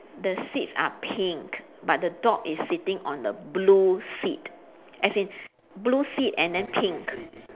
the seats are pink but the dog is seating on the blue seat as in blue seat and then pink